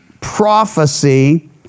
prophecy